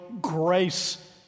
grace